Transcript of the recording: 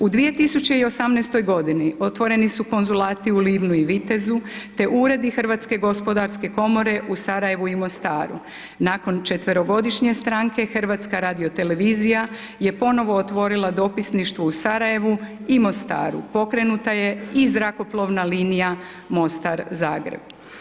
U 2018. g. otvoreni su konzulati u Livnu i Vitezu, te uredi Hrvatske gospodarske komore u Sarajevu i Mostaru, nakon 4 g. stanke, HRT je ponovno otvorila dopisništvo u Sarajevu i Mostaru, pokrenuta je i zrakoplovna linija Mostar Zagreb.